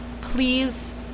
please